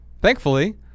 thankfully